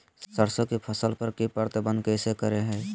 सरसों की फसल पर की प्रबंधन कैसे करें हैय?